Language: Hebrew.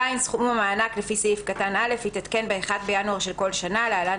(ז)סכום המענק לפי סעיף קטן (א) יתעדכן ב-1 בינואר של כל שנה (להלן,